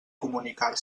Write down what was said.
comunicar